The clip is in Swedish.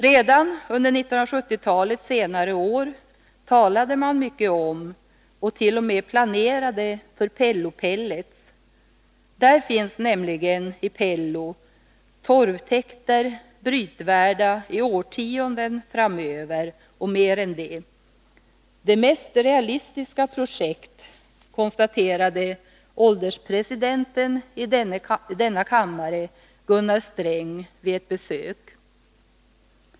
Redan under 1970-talets senare år talade man mycket om och t.o.m. planerade för Pello-pellets. I Pello finns nämligen torvtäkter brytvärda i årtionden och mer än det framöver. Det mest realistiska projektet, konstaterade ålderspresidenten i denna kammare, Gunnar Sträng, vid ett besök på orten.